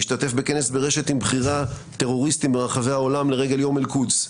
השתתף בכנס ברשת עם בכירי הטרוריסטים ברחבי העולם לרגל יום אל-קודס.